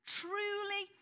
truly